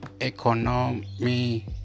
economy